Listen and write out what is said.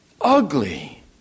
ugly